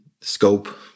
scope